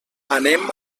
anem